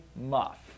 muff